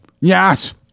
Yes